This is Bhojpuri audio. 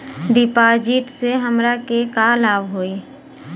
डिपाजिटसे हमरा के का लाभ होई?